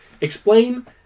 Explain